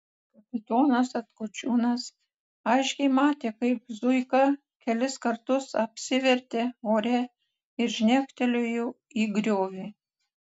kapitonas atkočiūnas aiškiai matė kaip zuika kelis kartus apsivertė ore ir žnektelėjo į griovį